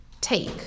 take